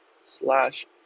slash